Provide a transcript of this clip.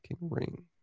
ring